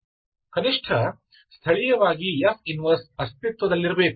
ಕನಿಷ್ಠ ಸ್ಥಳೀಯವಾಗಿ F 1 ಅಸ್ತಿತ್ವದಲ್ಲಿರಬೇಕು